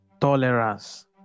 tolerance